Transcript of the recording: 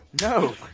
No